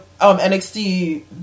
NXT